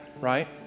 right